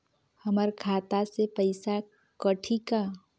हमर खाता से पइसा कठी का?